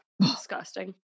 Disgusting